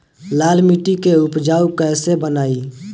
लाल मिट्टी के उपजाऊ कैसे बनाई?